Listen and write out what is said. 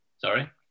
Sorry